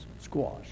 squash